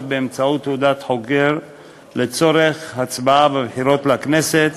באמצעות תעודת חוגר לצורך הצבעה בבחירות לכנסת,